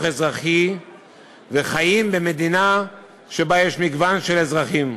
אזרחי וחיים במדינה שבה יש מגוון של אזרחים.